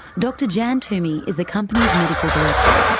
dr jan toomey is the company's medical director.